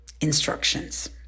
instructions